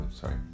Sorry